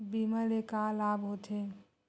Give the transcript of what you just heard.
बीमा ले का लाभ होथे?